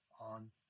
on